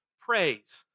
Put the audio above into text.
praise